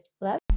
love